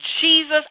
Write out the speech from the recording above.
Jesus